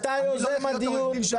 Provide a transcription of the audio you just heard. אתה יוזם הדיון,